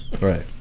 right